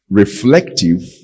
reflective